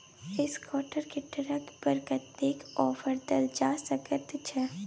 Escort के tractor पर कतेक ऑफर दैल जा सकेत छै?